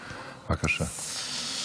בבקשה.